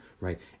right